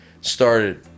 started